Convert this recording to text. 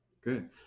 good